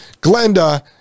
glenda